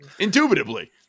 Indubitably